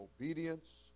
obedience